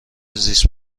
زیست